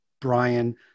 Brian